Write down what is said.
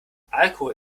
alkohol